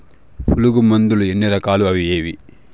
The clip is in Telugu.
పులుగు మందులు ఎన్ని రకాలు అవి ఏవి?